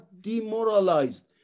demoralized